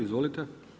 Izvolite.